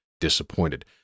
disappointed